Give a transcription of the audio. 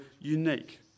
unique